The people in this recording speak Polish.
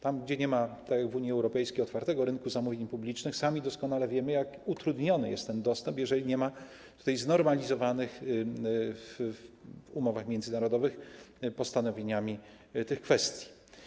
Tam, gdzie nie ma, tak jak w Unii Europejskiej, otwartego rynku zamówień publicznych, sami doskonale wiemy, jak utrudniony jest ten dostęp, jeżeli nie ma tutaj znormalizowanych w umowach międzynarodowych postanowień w tej kwestii.